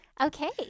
Okay